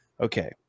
Okay